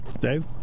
Dave